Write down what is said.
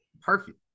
perfect